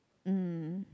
um